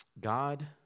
God